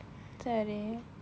சரி:sari